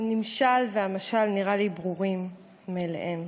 הנמשל והמשל נראים לי ברורים מאליהם.